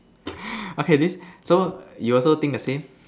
okay this so you also think the same